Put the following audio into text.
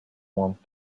want